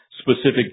specific